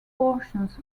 portions